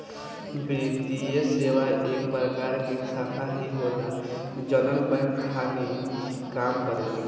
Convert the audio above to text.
वित्तीये सेवा एक प्रकार के शाखा ही होला जवन बैंक खानी काम करेला